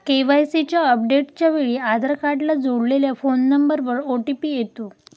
KYC अपडेटच्या वेळी आधार कार्डला जोडलेल्या फोन नंबरवर ओ.टी.पी येतो